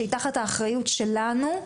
שהיא תחת האחריות שלנו,